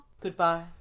Goodbye